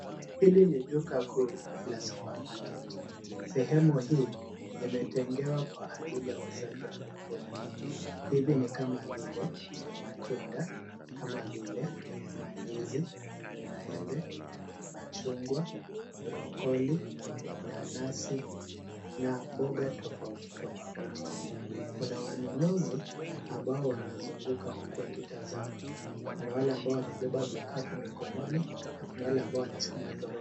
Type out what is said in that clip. Hili ni duka kuu la supermarket. Sehemu hii imetengewa kwa ajili ya uuzaji wa vyakula. Hivi ni kama vile, matunda, kama vile, mandizi, maembe, machungwa, brocolli , nanasi, na mboga tofauti tofauti. Kuna wanunuzi ambao wanazunguka huku wakitazama. Kuna wale ambao wamebeba vikapu mikononi, na kuna wale ambao wanasukuma toroli.